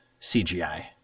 CGI